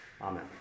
Amen